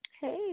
Hey